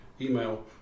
email